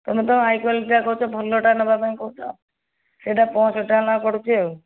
ତୁମେ ତ ହାଇ କ୍ଵାଲିଟିଟା କହୁଛ ଭଲଟା ନେବା ପାଇଁ କହୁଛ ସେହିଟା ପଞ୍ଚଷଠି ଟଙ୍କା ଲେଖାଏଁ ପଡ଼ୁଛି ଆଉ